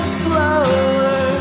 slower